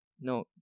no